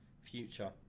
future